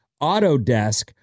Autodesk